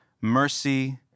mercy